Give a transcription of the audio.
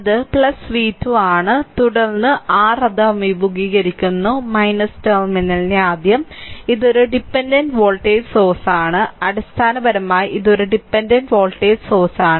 അത് v2 v2 ആണ് തുടർന്ന് r അത് അഭിമുഖീകരിക്കുന്നു ടെർമിനൽ ആദ്യം ഇത് ഒരു ഡിപെൻഡന്റ് വോൾട്ടേജ് സോഴ്സാണ് അടിസ്ഥാനപരമായി ഒരു ഡിപെൻഡന്റ് വോൾട്ടേജ് സോഴ്സാണ്